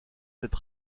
cette